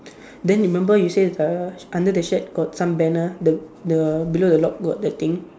then remember you say the under the shack got some banner the the below the lock got the thing